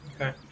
Okay